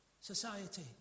society